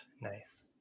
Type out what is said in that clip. Nice